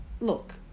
look